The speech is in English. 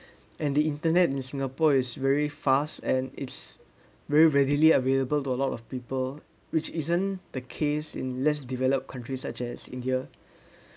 and the internet in singapore is very fast and it's very readily available to a lot of people which isn't the case in less developed countries such as india